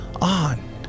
on